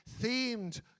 themed